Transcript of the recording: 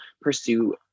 pursue